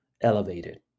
elevated